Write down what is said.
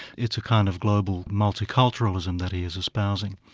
it's a kind of global multiculturalism that he's espousing.